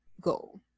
go